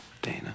dana